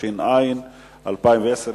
התש"ע 2010,